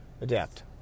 adapt